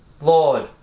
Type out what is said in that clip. Lord